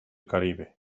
caribe